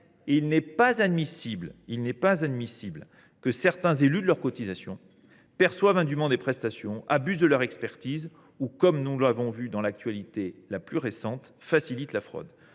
Il n’est pas admissible que certains éludent leurs cotisations, perçoivent indûment des prestations, abusent de leur expertise ou, comme nous l’avons vu dans l’actualité récente, facilitent la fraude.